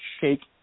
shake